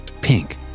pink